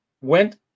went